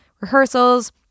rehearsals